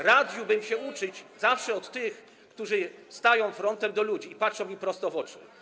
Radziłbym się uczyć zawsze od tych, którzy stają frontem do ludzi i patrzą im prosto w oczy.